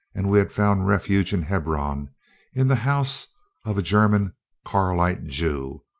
and we had found refuge in hebron in the house of a german karaite jew,